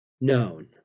known